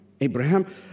Abraham